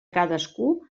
cadascú